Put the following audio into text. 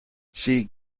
see